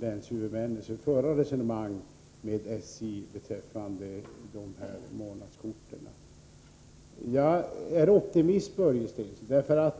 länshuvudmännen skall föra resonemang med SJ beträffande månadskorten. Jag är optimist, Börje Stensson.